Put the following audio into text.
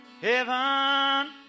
heaven